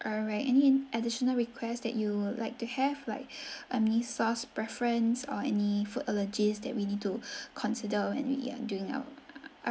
alright any additional request that you would like to have like any sauce preference or any food allergies that we need to consider when we are doing our